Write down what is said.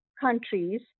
countries